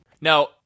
Now